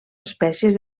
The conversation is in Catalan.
espècies